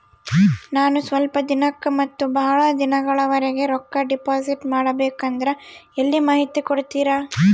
ನಾನು ಸ್ವಲ್ಪ ದಿನಕ್ಕ ಮತ್ತ ಬಹಳ ದಿನಗಳವರೆಗೆ ರೊಕ್ಕ ಡಿಪಾಸಿಟ್ ಮಾಡಬೇಕಂದ್ರ ಎಲ್ಲಿ ಮಾಹಿತಿ ಕೊಡ್ತೇರಾ?